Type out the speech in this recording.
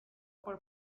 por